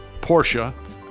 Porsche